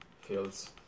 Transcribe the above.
Fields